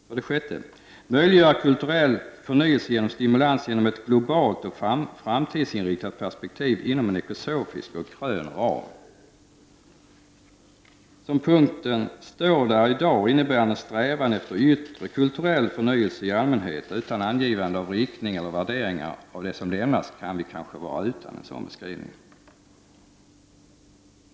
För det sjätte bör kulturpolitiken möjliggöra kulturell förnyelse genom stimulans via ett globalt och framtidsinriktat perspektiv inom en ekosofisk och grön ram. Som punkten står där i dag, innebärande en strävan efter yttre kulturell förnyelse i allmänhet utan angivande av riktning eller värderingar av det som lämnas, kan vi kanske vara utan en sådan skrivning.